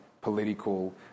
political